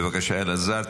בבקשה, אלעזר.